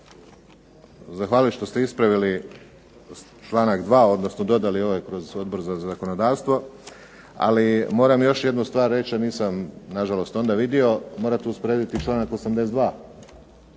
zahvaliti što ste ispravili članak 2., odnosno dodali ovaj kroz Odbor za zakonodavstvo, ali moram još jednu stvar reći, a nisam na žalost onda vidio, morate usporediti članak 82.,